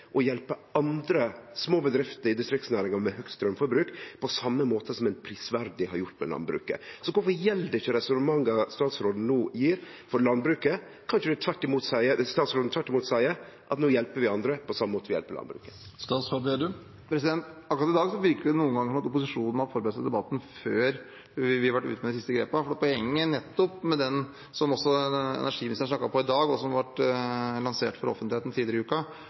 og hjelpe andre småbedrifter i distriktsnæringa med høgt straumforbruk, på same måten som ein prisverdig har gjort med landbruket. Kvifor gjeld ikkje resonnementa statsråden no gjev, for landbruket? Kan ikkje statsråden tvert imot seie at no hjelper vi andre på same måte som vi hjelper landbruket? I dag virker det noen ganger som om opposisjonen har forberedt seg til debatten før vi var ute med de siste grepene, for poenget med det som også energiministeren snakket om i dag, og som ble lansert for offentligheten tidligere i